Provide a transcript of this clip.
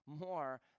more